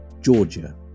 Georgia